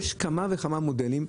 יש כמה וכמה מודלים.